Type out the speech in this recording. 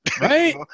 Right